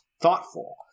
thoughtful